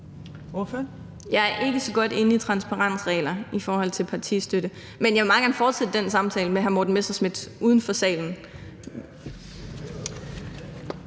Jeg er ikke så godt inde i transparensregler i forhold til partistøtte, men jeg vil meget gerne fortsætte den samtale med hr. Morten Messerschmidt uden for salen.